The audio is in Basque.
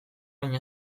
baino